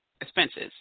expenses